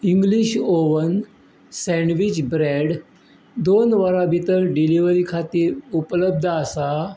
English oven sandwich bread दोन वरां भितर डिलिव्हरी खातीर उपलब्ध आसा